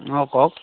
অঁ কওক